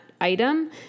item